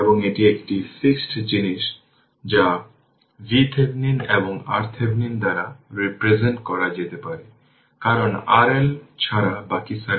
short circuit নর্টনও দেখিয়েছে যে এটা শর্ট সার্কিট